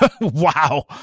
Wow